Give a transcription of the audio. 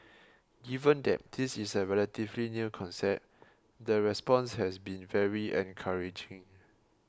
given that this is a relatively new concept the response has been very encouraging